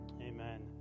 Amen